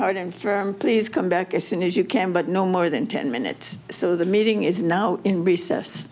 hard and firm please come back as soon as you can but no more than ten minutes so the meeting is now in recess